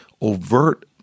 overt